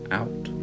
out